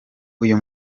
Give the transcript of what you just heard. uyu